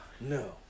No